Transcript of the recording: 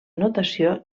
notació